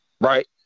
right